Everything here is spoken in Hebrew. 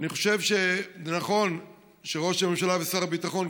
אני חושב שנכון שראש הממשלה ושר הביטחון,